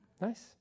Nice